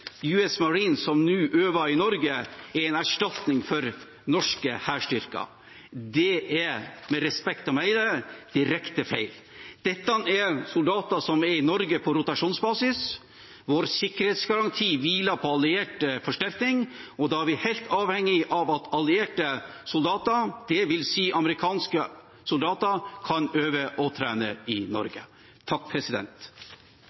som nå øver i Norge, er en erstatning for norske hærstyrker. Det er – med respekt å melde – direkte feil. Dette er soldater som er i Norge på rotasjonsbasis. Vår sikkerhetsgaranti hviler på alliert forsterkning, og da er vi helt avhengig av at allierte soldater, dvs. amerikanske soldater, kan øve og trene i